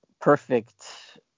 perfect